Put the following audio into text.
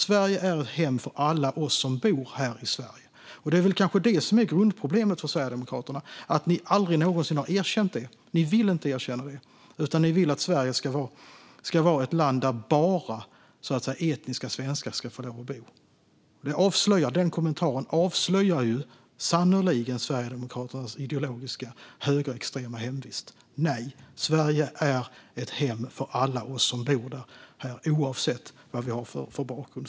Sverige är hem för alla oss som bor här i Sverige. Det är kanske det som är grundproblemet för Sverigedemokraterna. Ni har aldrig någonsin erkänt det, Pontus Andersson. Ni vill inte erkänna det. Ni vill att Sverige ska vara ett land där bara så kallade etniska svenskar ska få lov att bo. Den kommentaren avslöjar sannerligen Sverigedemokraternas ideologiska högerextrema hemvist. Nej, Sverige är ett hem för alla oss som bor här, oavsett vilken bakgrund vi har.